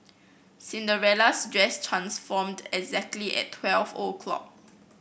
Cinderella's dress transformed exactly at twelve o'clock